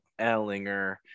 Ellinger